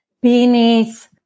beneath